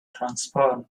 transformed